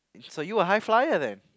so you are high flyer then